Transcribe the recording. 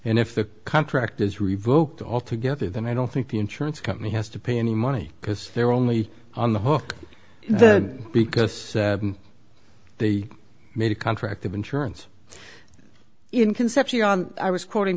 and if the contract is revoked altogether then i don't think the insurance company has to pay any money because they're only on the hook because they made a contract of insurance in concepcion i was quoting